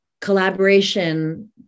collaboration